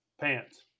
pants